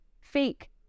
fake